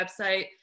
website